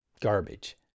garbage